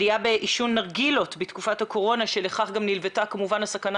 עלייה בעישון נרגילות בתקופת הקורונה ולכך כמובן נלוותה הסכנה